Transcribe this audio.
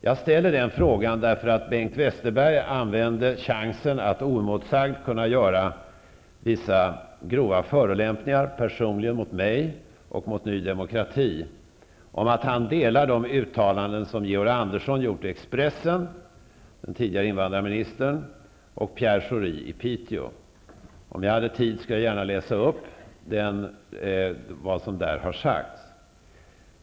Jag ställer den frågan därför att Bengt Westerberg använde chansen att oemotsagd framföra vissa grova förolämpningar mot mig personligen och mot Ny Demokrati om att han delar de uttalanden som har gjorts av Georg Andersson, tidigare invandrarminister, i Expressen och av Pierre Schori i Piteå. Om jag hade tid skulle jag gärna läsa upp vad som där har sagts.